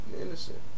innocent